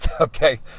Okay